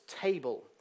table